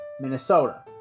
Minnesota